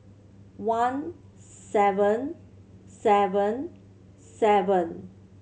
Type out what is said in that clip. one seven seven seven